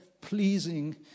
pleasing